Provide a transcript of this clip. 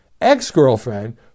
ex-girlfriend